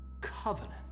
covenant